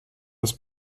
das